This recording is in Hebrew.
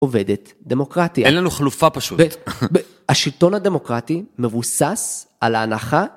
עובדת דמוקרטיה. אין לנו חלופה פשוט. ב.. ב.. השלטון הדמוקרטי מבוסס על ההנחה.